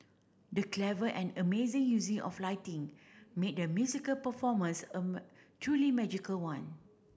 the clever and amazing using of lighting made the musical performance a truly magical one